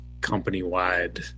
company-wide